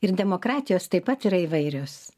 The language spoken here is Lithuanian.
ir demokratijos taip pat yra įvairios